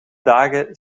dagen